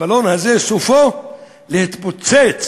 הבלון הזה סופו להתפוצץ.